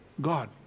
God